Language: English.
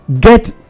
get